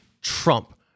Trump